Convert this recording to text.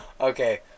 Okay